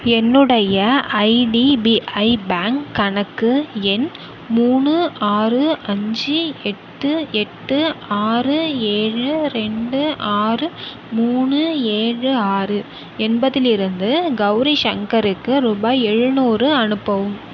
என்னுடைய IDBI bank கணக்கு எண் மூணு ஆறு அஞ்சு எட்டு எட்டு ஆறு ஏழு ரெண்டு ஆறு மூணு ஏழு ஆறு என்பதில் இருந்து கௌரி சங்கருக்கு ரூபாய் எழுநூறு அனுப்பவும்